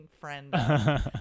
friend